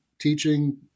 teaching